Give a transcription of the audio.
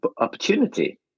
opportunity